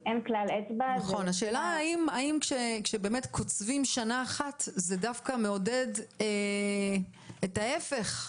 השאלה האם כאשר קוצבים שנה אחת זה לא מעודד את ההיפך.